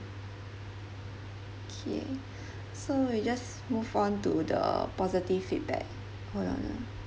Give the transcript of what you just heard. K so we'll just move on to the positive feedback hold on ah